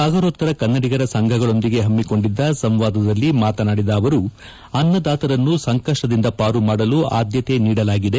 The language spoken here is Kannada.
ಸಾಗರೋತ್ತರ ಕನ್ನಡಿಗರ ಸಂಘಗಳೊಂದಿಗೆ ಹಮ್ಮಿಕೊಂಡಿದ್ದ ಸಂವಾದದಲ್ಲಿ ಮಾತನಾಡಿದ ಅವರು ಅನ್ನದಾತರನ್ನು ಸಂಕಷ್ಟದಿಂದ ಪಾರುಮಾಡಲು ಆದ್ಯತೆ ನೀಡಲಾಗಿದೆ